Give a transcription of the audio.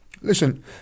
listen